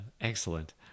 excellent